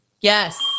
yes